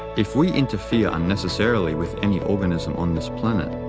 if we interfere unnecessarily with any organism on this planet,